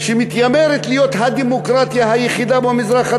שמתיימרת להיות הדמוקרטיה היחידה במזרח התיכון,